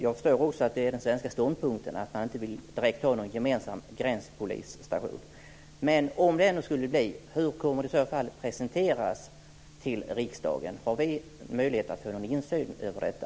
Jag förstår också att den svenska ståndpunkten är att man inte vill ha någon gemensam gränspolisstation. Om det ändå skulle bli så, hur kommer det i så fall att presenteras för riksdagen? Har vi någon möjlighet att få insyn i detta?